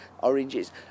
oranges